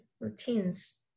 routines